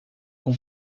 com